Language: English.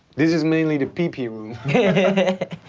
this is mainly the pee pee room. yeah.